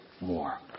more